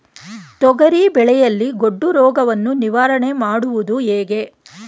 ತೊಗರಿ ಬೆಳೆಯಲ್ಲಿ ಗೊಡ್ಡು ರೋಗವನ್ನು ನಿವಾರಣೆ ಮಾಡುವುದು ಹೇಗೆ?